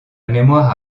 mémoire